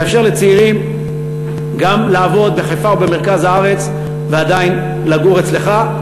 זה יאפשר לצעירים גם לעבוד בחיפה או במרכז הארץ ועדיין לגור אצלך,